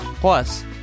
Plus